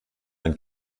ein